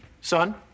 son